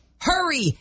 Hurry